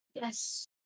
Yes